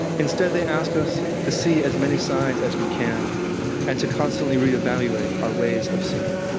instead they ask us to see as many signs as we can and to constantly reevaluate our ways of seeing.